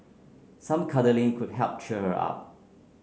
some cuddling could help cheer her up